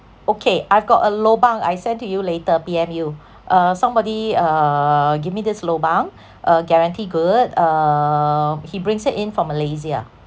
okay I've got a lobang I send to you later P_M you uh somebody uh give me this lobang uh guarantee good uh he brings it in from malaysia